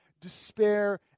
despair